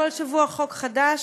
בכל שבוע חוק חדש,